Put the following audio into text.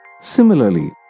Similarly